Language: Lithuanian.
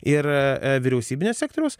ir vyriausybinio sektoriaus